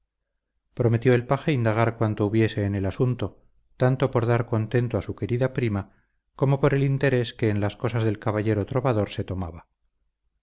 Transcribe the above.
prometió el paje indagar cuanto hubiese en el asunto tanto por dar contento a su querida prima como por el interés que en las cosas del caballero trovador se tomaba